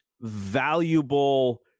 valuable